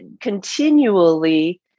continually